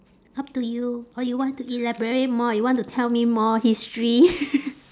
up to you or you want to elaborate more you want to tell me more history